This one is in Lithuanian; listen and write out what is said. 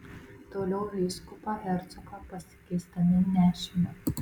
toliau vyskupą hercogą pasikeisdami nešėme